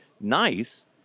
Nice